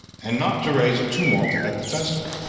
and not to raise a tumult at the festival.